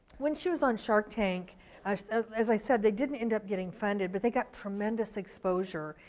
when she was on shark tank as i said, they didn't end up getting funded, but they got tremendous exposure,